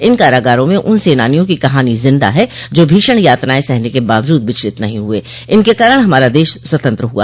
इन कारागारों में उन सेनानियों की कहानी जिन्दा है जो भीषण यातनाएं सहने के बावजूद विचलित नहीं हुये इनके कारण हमारा देश स्वतंत्र हुआ